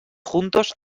juntos